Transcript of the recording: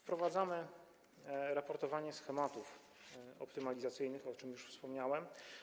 Wprowadzamy raportowanie schematów optymalizacyjnych, o czym już wspomniałem.